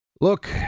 look